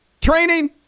training